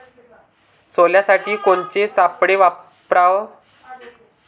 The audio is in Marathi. सोल्यासाठी कोनचे सापळे वापराव?